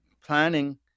planning